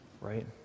right